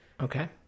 Okay